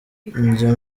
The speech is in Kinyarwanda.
njya